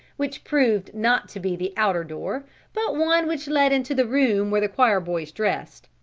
which proved not to be the outer door but one which led into the room where the choir boys dressed.